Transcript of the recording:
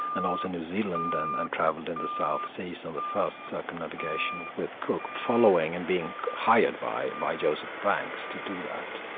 and also new zealand, and and travelled in the south seas, so the first circumnavigation with cook following and being hired by by joseph banks to do that.